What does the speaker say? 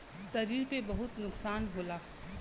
शरीर पे बहुत नुकसान होला